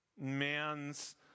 Man's